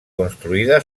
construïda